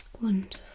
Wonderful